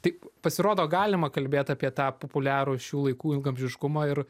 tai pasirodo galima kalbėt apie tą populiarų šių laikų ilgaamžiškumą ir